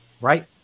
Right